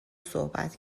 صحبت